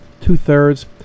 two-thirds